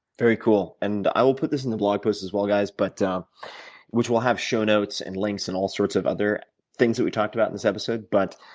very cool and i will put this in the blog post as well, guys but which will have show notes and links and all sorts of other things that we talked about in this episode. but,